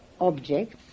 Objects